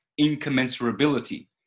incommensurability